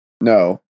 No